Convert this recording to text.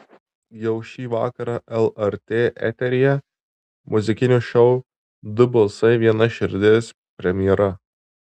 jau šį vakarą lrt eteryje muzikinio šou du balsai viena širdis premjera